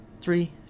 Three